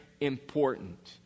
important